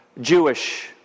Jewish